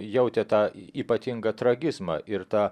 jautė tą ypatingą tragizmą ir tą